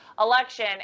election